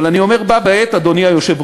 אבל אני אומר בה בעת, אדוני היושב-ראש,